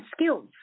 skills